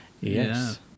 Yes